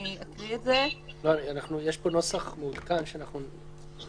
ואקרא את זה --- יש פה נוסח מעודכן שאנחנו נדון בו.